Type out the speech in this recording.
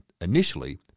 initially